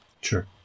Sure